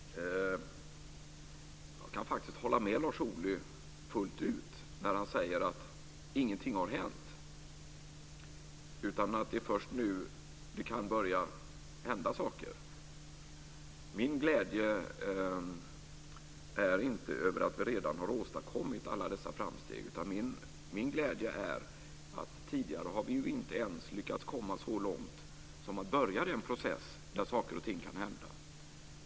Fru talman! Jag kan faktiskt hålla med Lars Ohly fullt ut när han säger att ingenting har hänt, utan att det är först nu som det kan börja hända saker. Min glädje gäller inte att vi redan har åstadkommit alla dessa framsteg, utan den har en annan grund. Vi har tidigare inte ens lyckats komma så långt som till att börja den process där saker och ting kan hända.